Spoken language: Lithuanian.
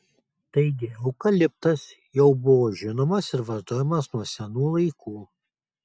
taigi eukaliptas jau buvo žinomas ir vartojamas nuo senų laikų